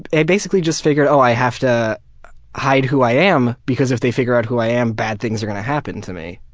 i basically just figured oh, i have to hide who i am because if they figure out who i am, bad things are gonna happen to me.